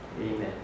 Amen